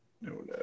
No